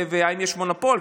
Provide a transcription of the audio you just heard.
ואם יש מונופול,